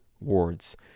words